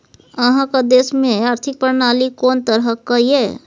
अहाँक देश मे आर्थिक प्रणाली कोन तरहक यै?